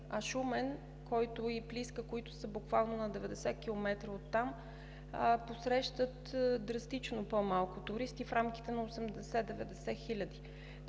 а Шумен и Плиска, които са буквално на 90 км от там, посрещат драстично по-малко туристи в рамките на 80 – 90 хиляди,